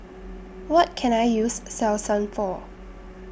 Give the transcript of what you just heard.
What Can I use Selsun For